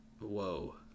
whoa